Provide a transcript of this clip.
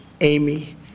Amy